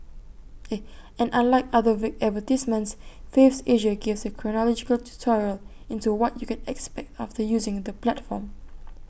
and unlike other vague advertisements Faves Asia gave A chronological tutorial into what you can expect after using the platform